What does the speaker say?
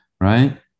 right